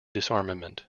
disarmament